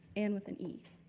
anne with an e.